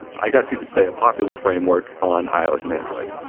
i guess, you could say a popular framework on ios and android.